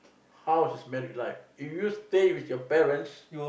how is his married life if you stay with you stay with your parents